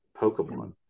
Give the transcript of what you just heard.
Pokemon